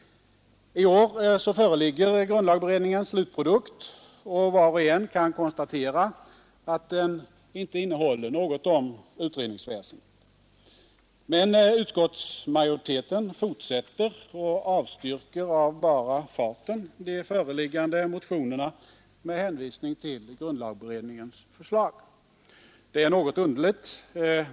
I år föreligger grundlagberedningens slutprodukt, och var och en kan konstatera, att den inte innehåller något om utredningsväsendet. Men utskottsmajoriteten fortsätter av bara farten att avstyrka de föreliggande motionerna med hänvisning till grundlagberedningens förslag. Det är något underligt.